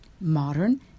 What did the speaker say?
Modern